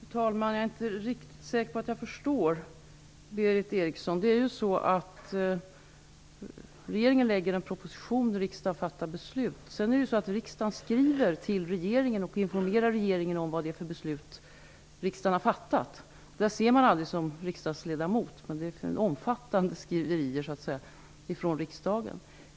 Fru talman! Jag är inte riktigt säker på att jag förstår Berith Eriksson. Det är ju så att regeringen lägger fram en proposition och riksdagen fattar ett beslut. Sedan skriver riksdagen till regeringen och informerar regeringen om vad det är för ett beslut som riksdagen har fattat. Det där ser man aldrig som riksdagsledamot, men det är fråga om omfattande skriverier som utgår från riksdagen.